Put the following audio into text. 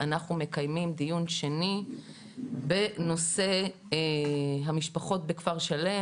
אנחנו מקיימים דיון שני בנושא המשפחות בכפר שלם.